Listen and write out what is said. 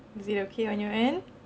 is it okay on your end